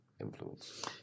influence